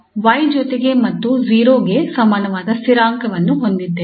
ಆದ್ದರಿಂದ 𝑦 ಜೊತೆಗೆ ಮತ್ತು 0 ಕ್ಕೆ ಸಮನಾದ ಸ್ಥಿರಾಂಕವನ್ನು ಹೊಂದಿದ್ದೇವೆ